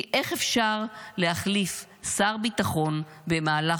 כי איך אפשר להחליף שר ביטחון במהלך